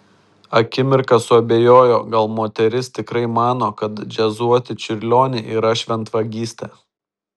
akimirką suabejojo gal moteris tikrai mano kad džiazuoti čiurlionį yra šventvagystė